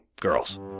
girls